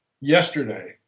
yesterday